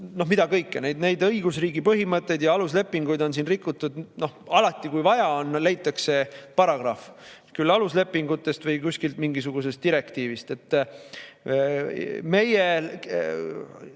noh, mida kõike. Neid õigusriigi põhimõtteid ja aluslepinguid on siin rikutud – alati, kui vaja on, leitakse paragrahv küll aluslepingutest või kuskilt mingisugusest direktiivist. Meie